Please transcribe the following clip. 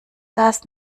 das